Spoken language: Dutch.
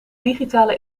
digitale